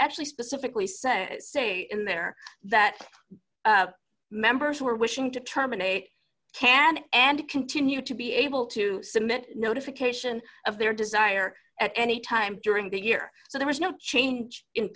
actually specifically say say in there that members who are wishing to terminate can and continue to be able to submit notification of their desire at any time during the year so there is no change in